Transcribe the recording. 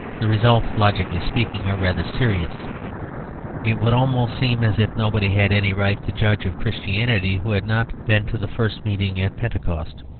the results, logically speaking, are rather serious it would almost seem as if nobody had any right to judge of christianity who had not been to the first meeting at pentecost.